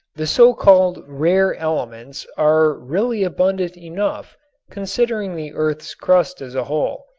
the so-called rare elements are really abundant enough considering the earth's crust as a whole,